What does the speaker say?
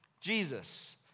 Jesus